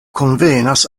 konvenas